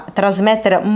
trasmettere